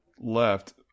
left